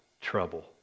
trouble